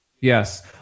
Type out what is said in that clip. Yes